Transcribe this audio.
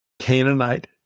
Canaanite